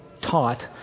taught